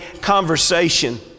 conversation